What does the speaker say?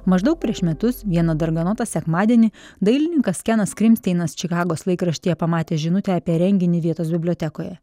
maždaug prieš metus vieną darganotą sekmadienį dailininkas kenas krimsteinas čikagos laikraštyje pamatė žinutę apie renginį vietos bibliotekoje